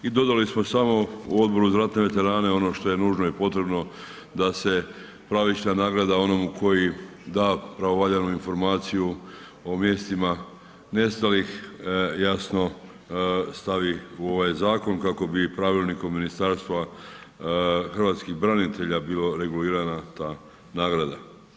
I dodali smo samo Odboru za ratne veterane ono što je nužno potrebno da se pravična nagrada onomu koji da pravovaljanu informaciju o mjestima nestalih, jasno stavi u ovaj zakon, kako bi Pravilnikom Ministarstva hrvatskih branitelja bilo regulirana ta nagrada.